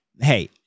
hey